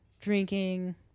drinking